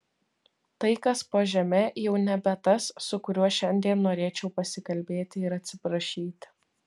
tai kas po žeme jau nebe tas su kuriuo šiandien norėčiau pasikalbėti ir atsiprašyti